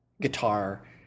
guitar